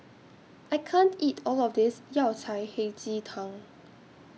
I can't eat All of This Yao Cai Hei Ji Tang